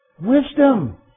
Wisdom